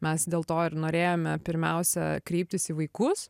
mes dėl to ir norėjome pirmiausia kreiptis į vaikus